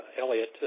Elliott